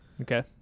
okay